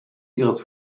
ihres